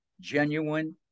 genuine